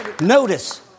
Notice